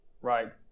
right